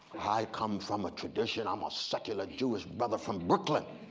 i come from a tradition. i'm so but a jewish brother from brooklyn.